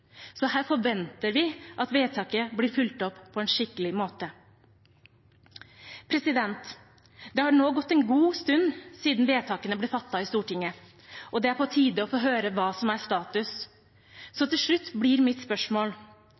Så her forventer vi at vedtaket blir fulgt opp på en skikkelig måte. Det har nå gått en god stund siden vedtakene ble fattet i Stortinget, og det er på tide å få høre hva som er status. Til slutt blir mitt spørsmål: